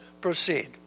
proceed